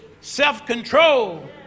self-control